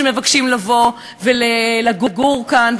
שמבקשים לבוא ולגור כאן,